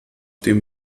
dem